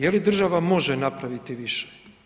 Je li država može napraviti više?